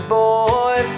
boy